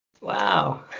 Wow